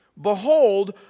Behold